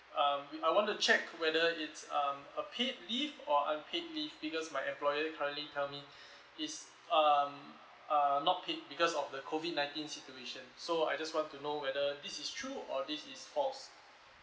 um we I want to check whether it's um a paid leave or unpaid leave because my employer currently tell me is um uh not paid because of the COVID nineteen situation so I just want to know whether this is true or this is false